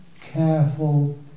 careful